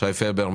שי פבר,